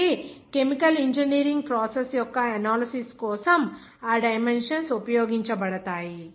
కాబట్టి chemical engineering process యొక్క analysis కు ఆ డైమెన్షన్స్ ఉపయోగించబడతాయి